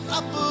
up